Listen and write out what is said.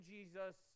Jesus